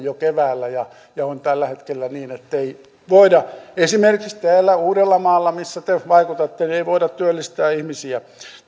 jo keväällä ja ja on tällä hetkellä niin ettei voida esimerkiksi täällä uudellamaalla missä te vaikutatte työllistää ihmisiä